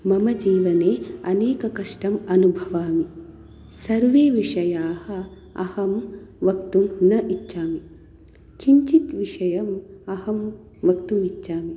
मम जीवने अनेककष्टम् अनुभवामि सर्वे विषयाः अहं वक्तुं न इच्छामि किञ्चित् विषयम् अहं वक्तुम् इच्छामि